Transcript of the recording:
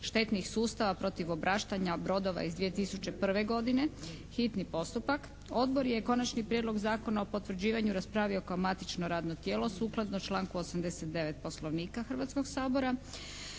štetnih sustava protiv obraštanja brodova iz 2001. godine, hitni postupak. Odbor je Konačni prijedlog zakona o potvrđivanju raspravio kao matično radno tijelo, sukladno članku 89. Poslovnika Hrvatskog sabora.